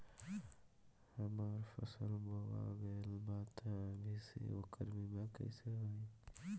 हमार फसल बोवा गएल बा तब अभी से ओकर बीमा कइसे होई?